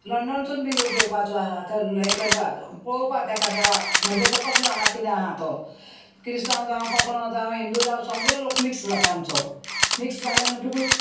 लंडनसून बी लोक येवपाचो आहा तो हें करपाक पळोवपाक तेका देवाक म्हणजे तो कसलो आहा किदें आहा तो क्रिस्तांव जावं कोंकणो जावं हिंदू जावं सगलो लोक मिक्स जाता आमचो मिक्स जाले म्हणटकूच ना